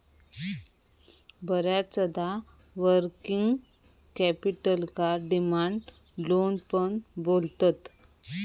बऱ्याचदा वर्किंग कॅपिटलका demand loan पण बोलतत